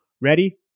Ready